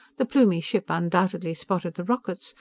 the plumie ship undoubtedly spotted the rockets,